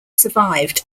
survived